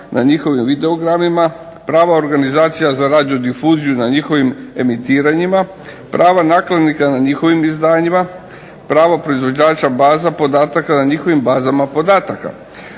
na njihovim videogramima, prava organizacija za radio difuziju na njihovim emitiranjima, prava nakladnika na njihovim izdanjima, pravo proizvođača baza podataka na njihovim bazama podataka.